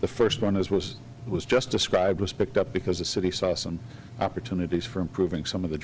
the first one as was was just described was picked up because the city saw some opportunities for improving some of the